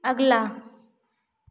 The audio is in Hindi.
अगला